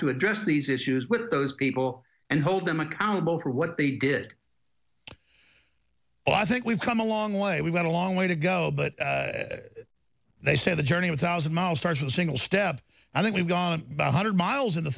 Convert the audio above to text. to address these issues with those people and hold them accountable for what they did oh i think we've come a long way we've got a long way to go but they say the journey one thousand miles starts in single step i think we've gone one hundred miles in